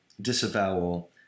disavowal